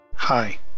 Hi